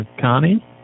Connie